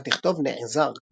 על מנת לכתוב נעזר,